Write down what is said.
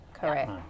correct